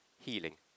healing